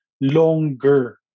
longer